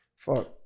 Fuck